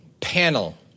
panel